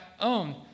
own